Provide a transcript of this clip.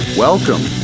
Welcome